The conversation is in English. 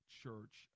church